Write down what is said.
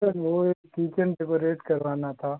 sir वो एक kitchen decorate करवाना था